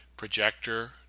projector